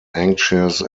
anxious